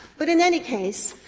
but in any case,